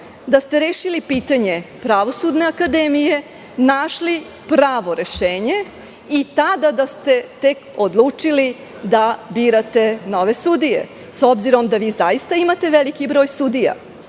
da ste rešili pitanje Pravosudne akademije, našli pravo rešenje i da ste tek tada odlučili da birate nove sudije, s obzirom da zaista imate veliki broj sudija.